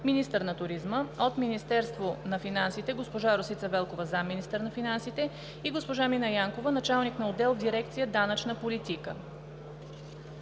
министър на туризма; от Министерството на финансите: госпожа Росица Велкова – заместник министър на финансите, и госпожа Мина Янкова – началник на отдел в дирекция „Данъчна политика“.